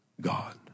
God